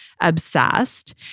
obsessed